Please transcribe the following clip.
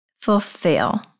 fulfill